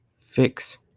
Fix